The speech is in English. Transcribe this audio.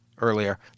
earlier